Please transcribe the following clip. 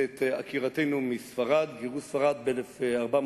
זה את עקירתנו מספרד, גירוש ספרד ב-1492,